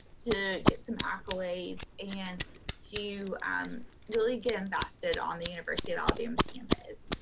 to get some accolades, and to um really get invested on the university of alabama's campus.